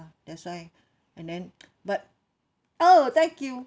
that's why and then but oh thank you